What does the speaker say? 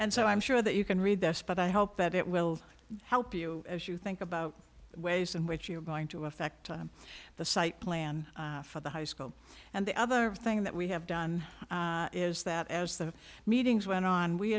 and so i'm sure that you can read this but i hope that it will help you as you think about ways in which you're going to affect time the site plan for the high scope and the other thing that we have done is that as the meetings went on we